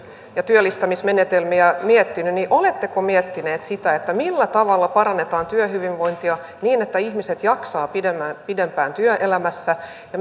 ja työllistämismenetelmiä miettinyt niin oletteko miettineet sitä millä tavalla parannetaan työhyvinvointia niin että ihmiset jaksavat pidempään pidempään työelämässä ja